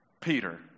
Peter